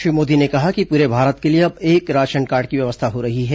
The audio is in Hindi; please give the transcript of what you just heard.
श्री मोदी ने कहा कि पूरे भारत के लिए अब एक राशनकार्ड की व्यवस्था हो रही है